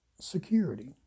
security